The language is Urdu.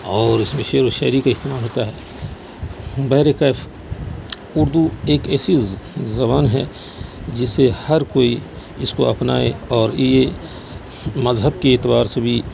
اور اس میں شعر و شاعری کا استعمال ہوتا ہے بہرکیف اردو ایک ایسی زبان ہے جسے ہر کوئی اس کو اپنائے اور یہ مذہب کے اعتبار سے بھی